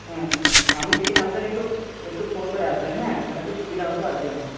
হ্যাঁ আপনি যেদিন আসবেন একটু একটু ফোন করে আসবেন হ্যাঁ তাহলে একটু সুবিধা হতো আর কি আমাদের